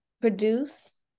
produce